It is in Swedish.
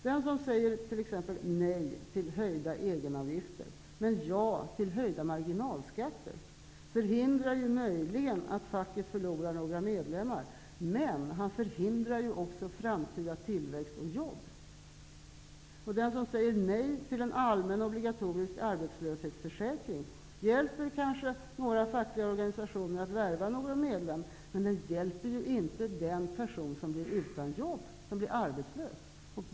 Den som t.ex. säger nej till höjda egenavgifter och ja till höjda marginalskatter förhindrar möjligen att facket förlorar några medlemmar, men han förhindrar också framtida tillväxt och jobb. Den som säger nej till en allmän obligatorisk arbetslöshetsförsäkring hjälper kanske några fackliga organisationer att värva någon medlem men hjälper inte den person som blir utan jobb, som blir arbetslös.